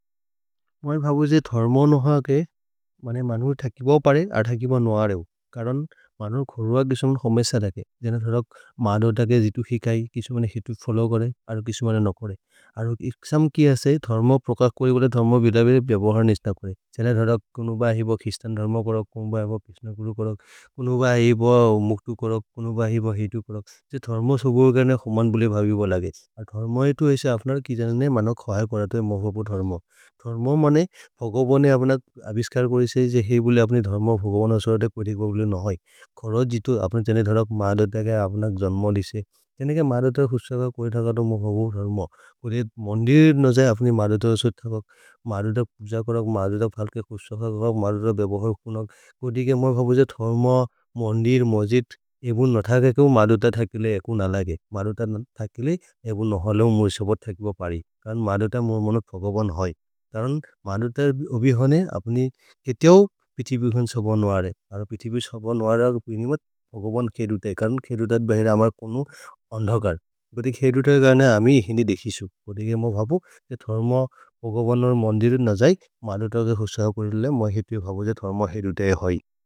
मुझे भावो जे धर्मो नहा के, बाने मानोर ठाकिबा पारे आर ठाकिबा नहारे हूँ, कारण मानोर खोर्वा किसमान हमेशा दाके। जेन धर्मो मानोर दाके जितु हिकाई, किसमान हितु फ़ोलो करे, आर किसमान ना करे, आर इसम की असे धर्मो प्रकाख करे। कोले धर्मो व धर्मो, धर्मो माने फ़ोलो बाने आपना अबिस्कार करेशे, जे ही बुले अपनी धर्मो फ़ोलो नहारे कोटी खोर्वा किसमान नहारे, कारण जितु आपने चेने धर्मो मानोर दाके आपना जन्मा डिशे। चेने के मानोर तर खुस्चाका करे थाका तो मुझे भावो धर्मो, कोटी मंदीर नजाए आपनी मानोर दाके थाका, मानोर दाके खुस्चाका करे, मानोर दाके फालके खुस्चाका करे। मानोर दाके बेबाहर खुनागे, कोटी केमार भावो जाए धर्मो, मंदीर, मजिर एबुन नथाके कोई मानोर दाके थाकेले एकुन आलागे, म मानोर दाके मुरमणवाद फ़गवन है। तरहान मानोर दाके अबिहने, अपनी इत्योवव पिठी बिभुन सबन वारे, आपनी पिठी बिभुन सबन वारे, अग़ा पुणिमाद फ़गवन खेरुते है, करिन खेरुतार बहिर आमार कौनू अंधखार, कोटी खेर।